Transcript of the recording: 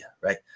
right